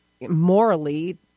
morally